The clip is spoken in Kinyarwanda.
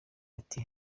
ati